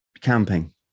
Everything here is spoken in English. camping